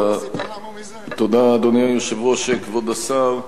היושב-ראש, תודה, כבוד השר,